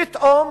פתאום